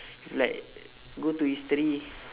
like go to history